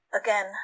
again